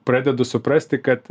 pradedu suprasti kad